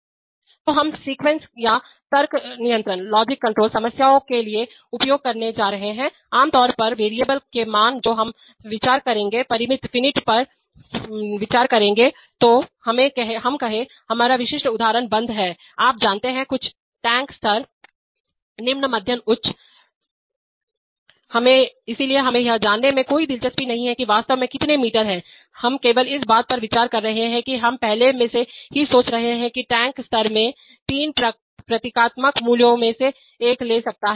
जो हम सीक्वेंस या तर्क नियंत्रण लॉजिक कंट्रोल समस्याओं के लिए उपयोग करने जा रहे हैं आम तौर पर चर वेरिएबल के मान जो हम विचार करेंगे परिमितफिनिट पर विचार करेंगे तो हम कहें हमारा विशिष्ट उदाहरण बंद है आप जानते हैं कुछ टैंक स्तर निम्न मध्यम उच्च इसलिए हमें यह जानने में कोई दिलचस्पी नहीं है कि वास्तव में कितने मीटर हैं हम केवल इस बात पर विचार कर रहे हैं कि हम पहले से ही सोच रहे हैं कि टैंक टैंक स्तर में है तीन प्रतीकात्मक मूल्यों में से एक ले सकता है